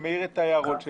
שמעיר את הערותיו.